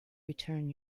return